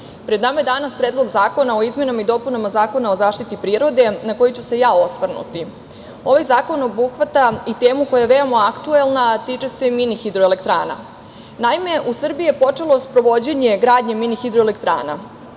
pred nama je danas Predlog zakona o izmenama i dopunama Zakona o zaštiti prirode na koji ću se ja osvrnuti. Ovaj zakon obuhvata i temu koja je veoma aktuelna, a tiče se mini hidroelektrana. Naime, u Srbiji je počelo sprovođenje gradnje mini hidroelektrana.